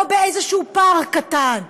או באיזשהו פער קטן,